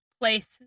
place